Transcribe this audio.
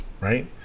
right